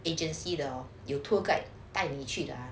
agency 的有 tour guide 带你去的